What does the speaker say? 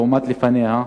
לעומת לפניה,